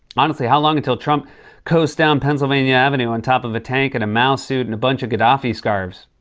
honestly, how long until trump coasts down pennsylvania avenue on top of a tank in and a mouse suit and a bunch of gaddafi scarves?